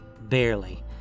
barely